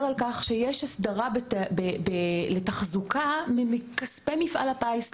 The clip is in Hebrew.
על-כך שיש הסדרה לתחזוקה מכספי מפעל הפיס.